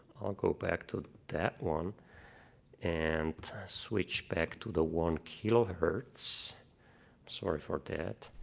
i'll go back to that one and switch back to the one kilohertz. sorry for that.